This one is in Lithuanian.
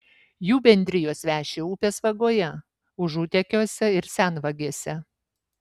jų bendrijos veši upės vagoje užutekiuose ir senvagėse